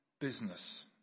business